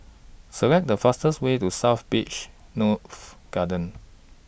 Select The fastest Way to South Beach North Garden